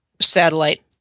satellite